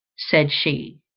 said she